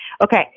okay